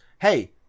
Hey